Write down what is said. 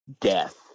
death